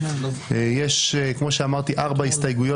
יש ארבע הסתייגויות